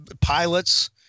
pilots